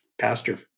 pastor